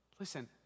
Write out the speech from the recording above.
Listen